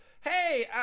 Hey